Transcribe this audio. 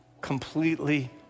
completely